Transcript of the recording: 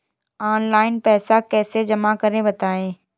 Online पैसा कैसे जमा करें बताएँ?